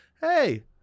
hey